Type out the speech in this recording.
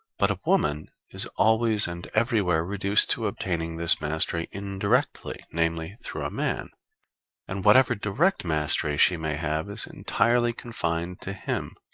but a woman is always and everywhere reduced to obtaining this mastery indirectly, namely, through a man and whatever direct mastery she may have is entirely confined to him.